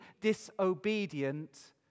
disobedient